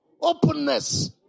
openness